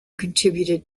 contributed